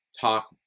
talk